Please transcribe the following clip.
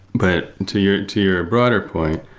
but to your to your broader point,